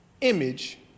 image